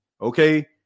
Okay